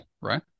right